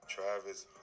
Travis